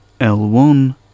L1